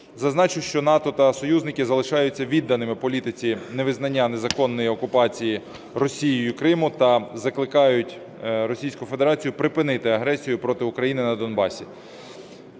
Зазначу, що НАТО та союзники залишаються відданими політиці невизнання незаконної окупації Росією Криму та закликають Російську Федерацію припинити агресію проти України на Донбасі.